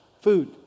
food